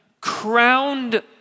crowned